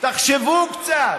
תחשבו קצת,